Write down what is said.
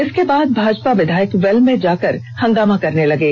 इसके बाद भाजपा विधायक वेल में जाकर हंगामा करने लगे